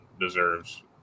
deserves